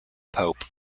pope